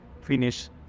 finish